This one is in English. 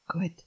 Good